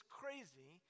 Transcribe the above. crazy